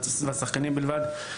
והשחקנים בלבד,